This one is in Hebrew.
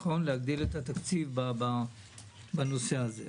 התקציב בנושא הזה.